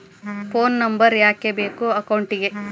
Phone number ಯಾಕೆ ಬೇಕು ಅಕೌಂಟಿಗೆ?